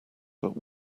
but